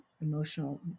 emotional